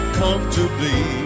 comfortably